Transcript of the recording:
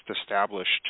established